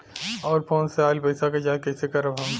और फोन से आईल पैसा के जांच कैसे करब हम?